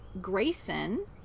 Grayson